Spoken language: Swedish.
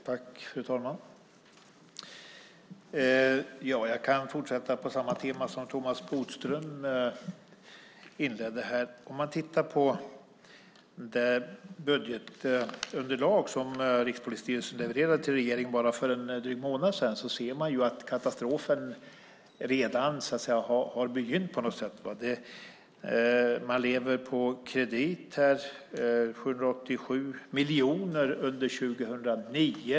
Fru talman! Jag kan fortsätta på samma tema som Thomas Bodström inledde med här. Om man tittar på det budgetunderlag som Rikspolisstyrelsen levererade till regeringen för bara en dryg månad sedan ser man att katastrofen redan har börjat på något sätt. Man lever på kredit - 787 miljoner under 2009.